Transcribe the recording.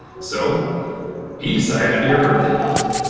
so he decided to be her birthday gift.